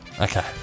okay